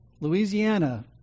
Louisiana